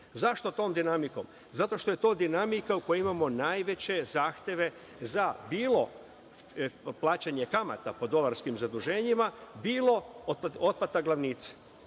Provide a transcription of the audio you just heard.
Zašto tom dinamikom? Zato što je to dinamika u kojoj imamo najveće zahteve za bilo plaćanje kamata po dolarskim zaduženjima, bilo otplata glavnice. Pošto